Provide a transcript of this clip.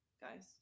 Guys